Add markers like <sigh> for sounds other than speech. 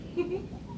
<laughs>